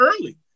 early